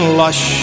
lush